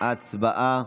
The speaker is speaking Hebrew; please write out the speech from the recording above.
הצבעה.